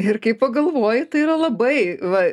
ir kai pagalvoji tai yra labai va